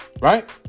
right